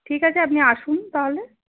ঠিক আছে আপনি আসুন তাহলে